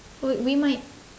oh we might